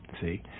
see